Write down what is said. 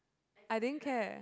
I didn't care